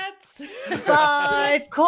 Five